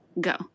Go